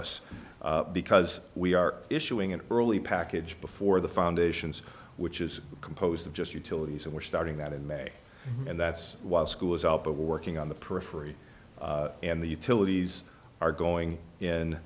us because we are issuing an early package before the foundations which is composed of just utilities and we're starting that in may and that's while school is out but we're working on the periphery and the utilities are going in